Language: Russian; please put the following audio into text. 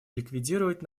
ликвидировать